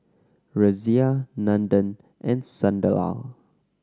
Razia Nandan and Sunderlal